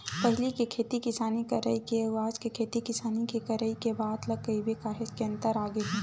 पहिली के खेती किसानी करई के अउ आज के खेती किसानी के करई के बात ल कहिबे काहेच के अंतर आगे हे